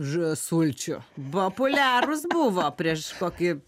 ž sulčių populiarūs buvo prieš kokį